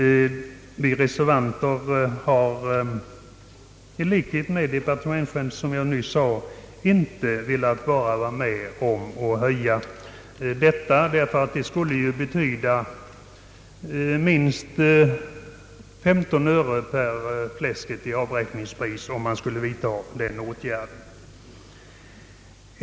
Vi reservanter har, som jag nyss sade, i likhet med departementschefen inte velat vara med om att höja slaktdjursavgiften för svin, ty en sådan åtgärd skulle ju betyda en höjning på avräkningspriset med minst 15 öre per kilo fläsk.